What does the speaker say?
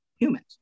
humans